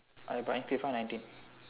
I buying FIFA nineteen